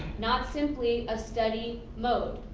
not simply a study mode.